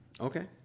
Okay